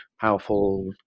powerful